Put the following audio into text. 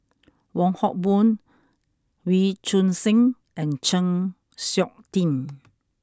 Wong Hock Boon Wee Choon Seng and Chng Seok Tin